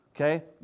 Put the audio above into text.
Okay